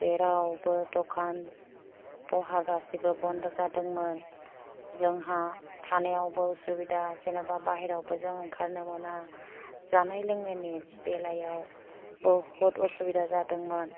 जेरावबो दखान बहा गासिबो बन्द' जादोंमोन जोंहा थानायावबो उसुबिदा जेन'बा बायह्रायावबो जों ओंखारनो मोना जानाय लोंनायनि बेलायाव बहुद उसुबिदा जादोंमोन